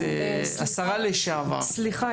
סליחה,